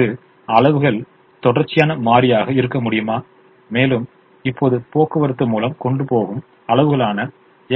அல்லது அளவுகள் தொடர்ச்சியான மாறியாக இருக்க முடியுமா மேலும் இப்போது போக்குவரது மூலம் கொண்டுபோகும் அளவுகளான